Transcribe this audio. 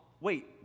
Wait